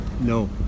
No